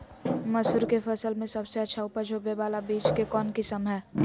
मसूर के फसल में सबसे अच्छा उपज होबे बाला बीज के कौन किस्म हय?